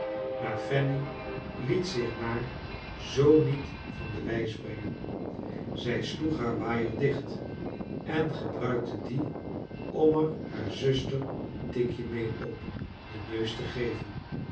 maar fanny liet zich maar zoo niet van de wijs brengen zij sloeg haar waaier dicht en gebruikte dien om er haar zuster een tikje mee op den neus te geven